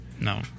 No